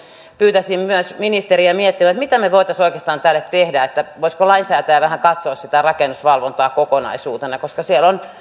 pyytäisin myös ministeriä miettimään mitä me voisimme oikeastaan tälle tehdä ja voisiko lainsäätäjä vähän katsoa sitä rakennusvalvontaa kokonaisuutena koska siellä on